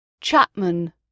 Chapman